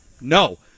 No